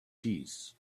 teeth